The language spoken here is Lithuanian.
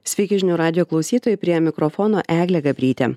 sveiki žinių radijo klausytojai prie mikrofono eglė gabrytė